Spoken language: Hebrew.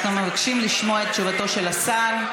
אנחנו מבקשים לשמוע את תשובתו של השר,